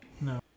no